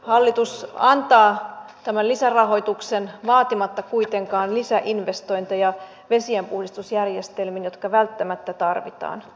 hallitus antaa tämän lisärahoituksen vaatimatta kuitenkaan lisäinvestointeja vesienpuhdistusjärjestelmiin jotka välttämättä tarvitaan